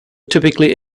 typically